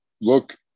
look